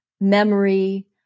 memory